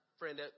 friend